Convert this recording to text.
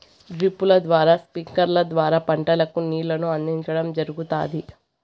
డ్రిప్పుల ద్వారా స్ప్రింక్లర్ల ద్వారా పంటలకు నీళ్ళను అందించడం జరుగుతాది